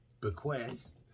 bequest